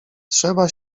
trzeba